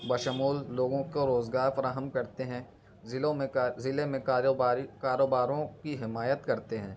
بشمول لوگوں کو روزگار فراہم کرتے ہیں ضلعوں میں ضلع میں کاروباری کاروباروں کی حمایت کرتے ہیں